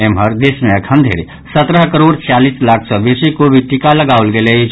एम्हर देश मे अखन धरि सत्रह करोड़ छियालीस लाख सँ बेसी कोविड टीका लगाओल गेल अछि